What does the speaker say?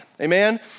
Amen